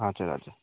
हजुर हजुर